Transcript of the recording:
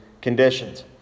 conditions